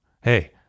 Hey